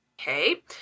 okay